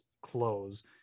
close